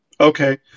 okay